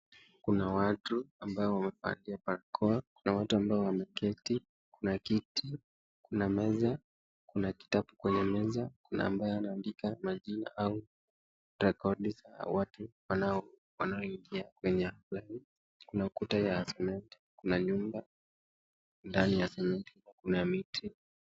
Kuna watu ambao wamevalia barakoa, kuna watu ambao wameketi, kuna kiti, kuna meza, kuna kitabu kwenye meza kuna ambaye anaandika majina au rekodi ya watu wanaoingia kwenye laini kuna kuta ya simiti, kuna nyumba na ndani ya simiti hiyo kuna miti.